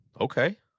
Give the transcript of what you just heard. Okay